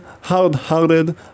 hard-hearted